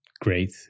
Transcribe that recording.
great